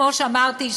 כמו שאמרתי,